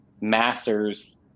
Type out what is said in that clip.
master's